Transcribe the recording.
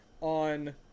on